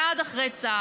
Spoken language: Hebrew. צעד אחרי צעד.